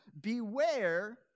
Beware